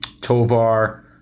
Tovar